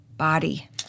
Body